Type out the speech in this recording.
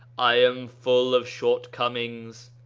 i am full of shortcomings,